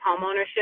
homeownership